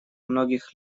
многих